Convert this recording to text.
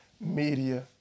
media